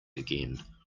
again